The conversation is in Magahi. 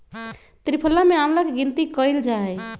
त्रिफला में आंवला के गिनती कइल जाहई